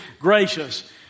gracious